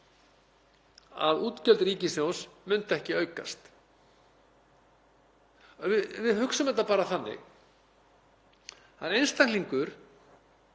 að útgjöld ríkissjóðs myndu ekki aukast. Hugsum þetta bara þannig: Einstaklingur